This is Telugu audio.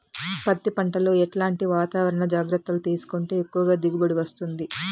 పత్తి పంట లో ఎట్లాంటి వాతావరణ జాగ్రత్తలు తీసుకుంటే ఎక్కువగా దిగుబడి వస్తుంది?